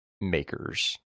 makers